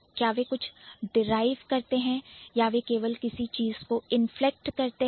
क्या वे कुछ derive डिराइव प्राप्त करते हैं या वे केवल किसी चीज को inflect इन्फ्लेक्ट प्रभावित करते हैं